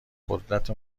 قدرت